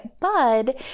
bud